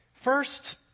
First